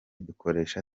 dukoresha